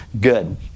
good